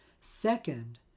Second